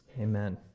Amen